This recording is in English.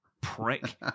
Prick